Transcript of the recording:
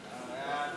ההצעה להעביר את